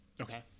okay